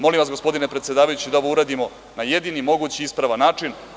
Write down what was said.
Molim vas, gospodine predsedavajući, da ovo uradimo na jedini mogući ispravan način.